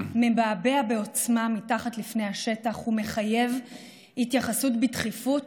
מבעבע בעוצמה מתחת לפני השטח ומחייב התייחסות בדחיפות,